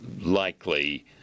likely